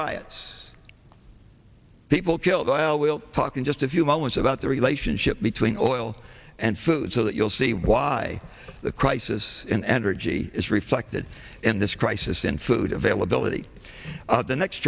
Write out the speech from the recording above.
riots people killed well we'll talk in just a few moments about the relationship between oil and food so that you'll see why the crisis in energy is reflected in this crisis in food availability the next